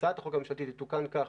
הצעת החוק הממשלתית תתוקן כך